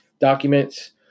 documents